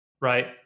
right